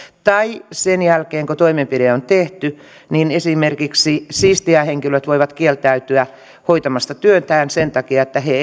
tai sen jälkeen kun toimenpide on tehty esimerkiksi siistijähenkilöt voivat kieltäytyä hoitamasta työtään sen takia että he